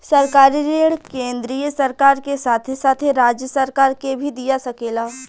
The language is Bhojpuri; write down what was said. सरकारी ऋण केंद्रीय सरकार के साथे साथे राज्य सरकार के भी दिया सकेला